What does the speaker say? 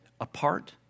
apart